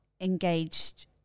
engaged